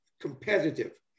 competitive